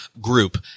group